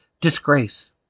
disgrace